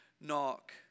knock